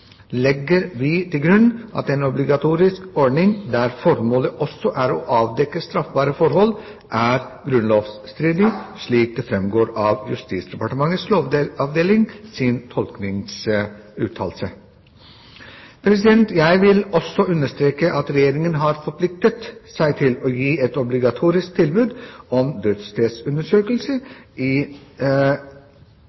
legger vi til grunn at en obligatorisk ordning der formålet også er å avdekke straffbare forhold, er grunnlovsstridig, slik det fremgår av tolkningsuttalelsen fra Justisdepartements lovavdeling. Jeg vil også understreke at Regjeringen har forpliktet seg til å gi et obligatorisk tilbud om dødsstedsundersøkelse